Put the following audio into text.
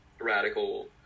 radical